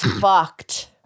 fucked